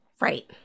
Right